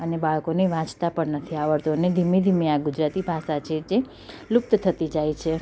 અને બાળકોને વાંચતાં પણ નથી આવડતું અને ધીમે ધીમે આ ગુજરાતી ભાષા છે જે લુપ્ત થતી જાય છે